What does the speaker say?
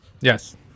Yes